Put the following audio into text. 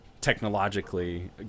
technologically